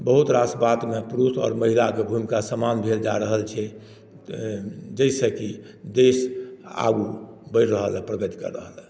बहुत रास बातमे पुरुष आ महिलाकेँ भुमिका समान भेल जा रहल छै जाहिसँ कि देश आगू बढ़ि रहल यऽ प्रगति कऽ रहल हँ